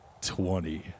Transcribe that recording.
twenty